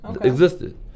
Existed